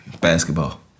basketball